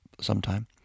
sometime